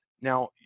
Now